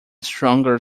stronger